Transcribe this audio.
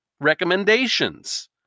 recommendations